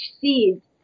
seeds